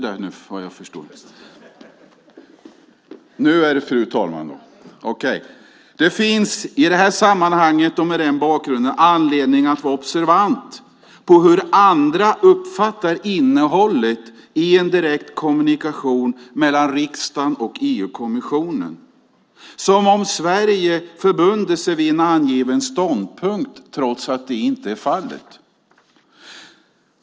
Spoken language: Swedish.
Det finns i det här sammanhanget och med den bakgrunden anledning att vara observant på hur andra uppfattar innehållet i en direkt kommunikation mellan riksdagen och EU-kommissionen - som om Sverige förbundit sig vid en angiven ståndpunkt, trots att det inte är fallet.